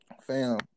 Fam